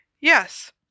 Yes